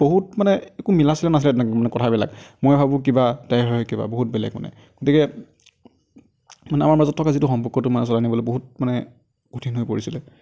বহুত মানে একো মিলা চিলা নাছিলে তেনেকৈ মানে কথাবিলাক মই ভাবোঁ কিবা তাই ভাবে কিবা বহুত বেলেগ মানে গতিকে মানে আমাৰ মাজত থকা যিটো সম্পৰ্কটো মানে চলাই নিবলৈ বহুত মানে কঠিন হৈ পৰিছিলে